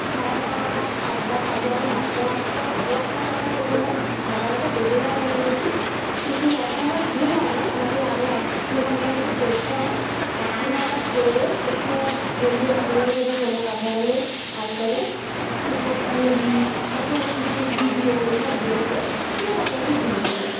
খাওয়া দাওয়া আড্ডা ফাজলামো মারতে মারতে আরও একটা ঘণ্টা কেটে যায় এগারোটা বেজে যায় মোটামুটি কিন্তু তখন আমার ঘুম হয় না আমাকে আরও এক দুঘণ্টা মতো পড়তে হয় এক দুঘণ্টা পড়ে একটু বন্ধুবান্ধবীদের সাথে ফোনে কথা বলে আর করে টুকটাক মুভি বা ফোনে কিছু ভিডিয়ো এইসব দেখে দিয়ে তারপর আমি ঘুমোতে যাই